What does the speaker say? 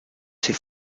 ses